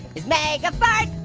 is mega farts